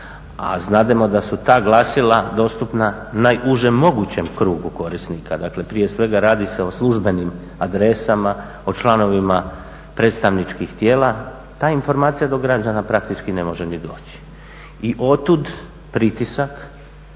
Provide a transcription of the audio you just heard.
a znademo da su ta glasila dostupna najužem mogućem krugu korisnika. Dakle, prije svega radi se o službenim adresama, o članovima predstavničkih tijela, ta informacija do građana praktički ne može ni doći. I otud pritisak,